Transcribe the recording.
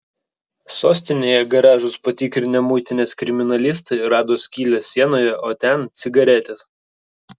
sostinėje garažus patikrinę muitinės kriminalistai rado skylę sienoje o ten cigaretės